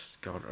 God